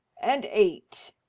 and eight.